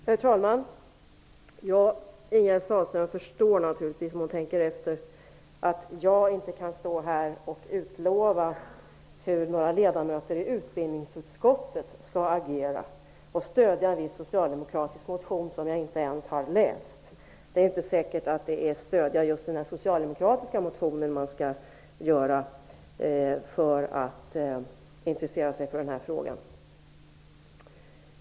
Herr talman! Ingegerd Sahlström förstår naturligtvis om hon tänker efter att jag inte här kan utlova hur några ledamöter i utbildningsutskottet skall agera och att de kommer att stödja en viss socialdemokratisk motion som jag inte ens har läst. Det är inte säkert att det är just att stödja den socialdemokratiska motionen som man bör göra om man intresserar sig för den här frågan.